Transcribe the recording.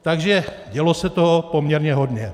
Takže dělo se toho poměrně hodně.